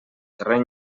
terreny